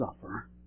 suffer